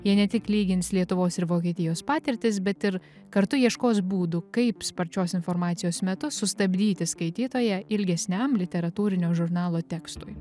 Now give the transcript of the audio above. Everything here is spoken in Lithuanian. jie ne tik lygins lietuvos ir vokietijos patirtis bet ir kartu ieškos būdų kaip sparčios informacijos metu sustabdyti skaitytoją ilgesniam literatūrinio žurnalo tekstui